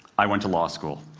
i went to law school.